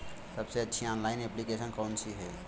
सबसे अच्छी online application कौन सी है?